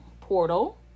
portal